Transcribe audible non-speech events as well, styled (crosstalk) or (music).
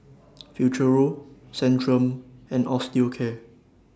(noise) Futuro Centrum and Osteocare